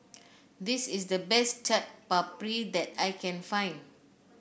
this is the best Chaat Papri that I can find